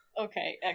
Okay